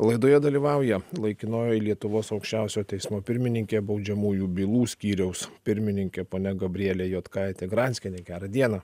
laidoje dalyvauja laikinoji lietuvos aukščiausiojo teismo pirmininkė baudžiamųjų bylų skyriaus pirmininkė ponia gabrielė juodkaitė granskienė gerą dieną